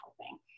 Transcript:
helping